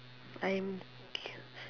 I am cu~